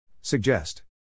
Suggest